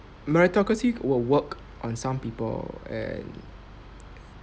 meritocracy will work on some people and